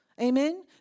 Amen